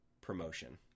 promotion